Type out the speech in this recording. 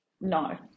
No